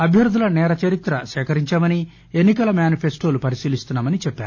అభ్యర్థుల సేరచరిత్ర సేకరించామని ఎన్ని కల మ్యానిఫెస్టోలు పరిశీలిస్తున్నామని చెప్పారు